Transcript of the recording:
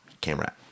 camera